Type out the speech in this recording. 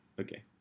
Okay